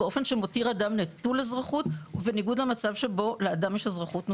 באופן שמותיר אדם נטול אזרחות ובניגוד למצב שבו לאדם יש אזרחות נוספת.